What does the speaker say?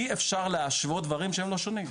אי אפשר להשוואת דברים שהם לא שונים.